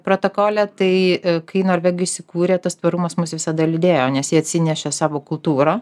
protokole tai kai norvegai įsikūrė tas tvarumas mus visada lydėjo nes jie atsinešė savo kultūrą